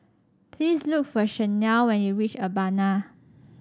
please look for Chanelle when you reach Urbana